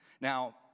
Now